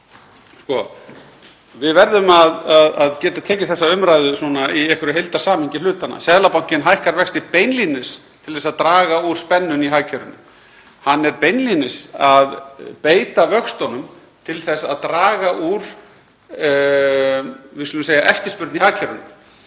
vaxta þá verðum við að geta tekið þessa umræðu í einhverju heildarsamhengi hlutanna. Seðlabankinn hækkar vexti beinlínis til að draga úr spennu í hagkerfinu. Hann er beinlínis að beita vöxtunum til þess að draga úr eftirspurn í hagkerfinu,